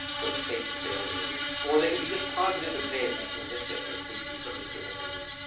so it's safe to say it on the menu or they could be just positive but vague like delicious or tasty. it's not really clear what they mean,